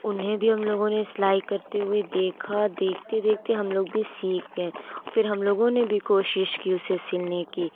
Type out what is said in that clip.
انہیں بھی ہم لوگوں نے سلائی کرتے ہوئے دیکھا دیکھتے دیکھتے ہم لوگ بھی سیکھ گئے پھر ہم لوگوں نے بھی کوشش اسے سلنے کی